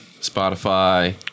Spotify